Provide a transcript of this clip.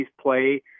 play